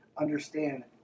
understand